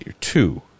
two